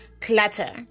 clutter